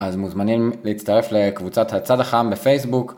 אז מוזמנים להצטרף לקבוצת הצד החם בפייסבוק.